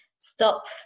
stop